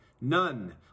None